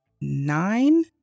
nine